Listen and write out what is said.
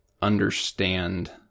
understand